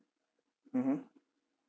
mmhmm